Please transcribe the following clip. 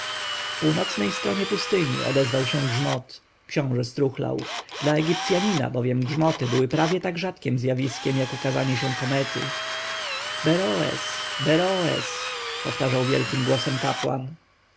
w północnej stronie pustyni odezwał się grzmot książę struchlał dla egipcjanina bowiem grzmoty były prawie tak rzadkiem zjawiskiem jak ukazanie się komety beroes beroes powtarzał wielkim głosem kapłan